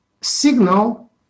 Signal